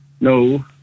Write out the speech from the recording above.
No